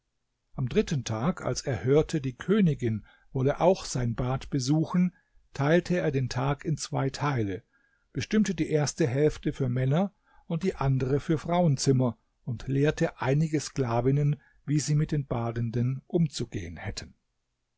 am dritten tag als er hörte die königin wolle auch sein bad besuchen teilte er den tag in zwei teile bestimmte die erste hälfte für männer und die andere für frauenzimmer und lehrte einige sklavinnen wie sie mit den badenden umzugehen hätten